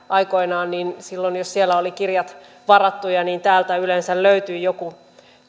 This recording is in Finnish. aikoinaan jos siellä olivat kirjat varattuja täältä yleensä löytyi joku